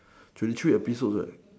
thirty three episodes right